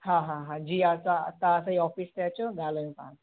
हा हा हा जी असां तव्हां असांजी ऑफीस ते अचो ॻाल्हायूं था